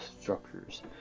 structures